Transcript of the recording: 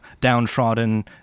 downtrodden